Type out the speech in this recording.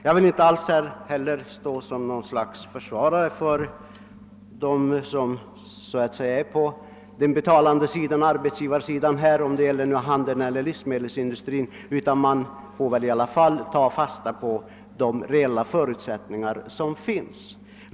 Jag vill inte stå som något slags försvarare för dem som så att säga är på den betalande sidan, arbets givarsidan, men man får väl i alla fall ta fasta på de reella förutsättningar som finns.